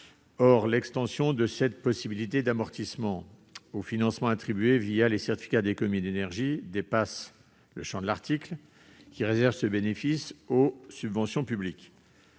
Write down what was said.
L'extension de cette possibilité aux financements attribués les certificats d'économie d'énergie dépasse le champ de l'article, qui réserve ce bénéfice aux subventions publiques.